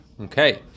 Okay